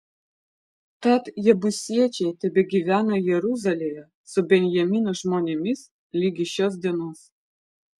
tad jebusiečiai tebegyvena jeruzalėje su benjamino žmonėmis ligi šios dienos